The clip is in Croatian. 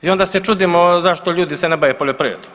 I onda se čudimo zašto ljudi se ne bave poljoprivredom.